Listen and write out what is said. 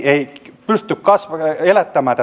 ei vienti pysty elättämään